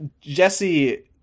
Jesse